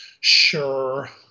Sure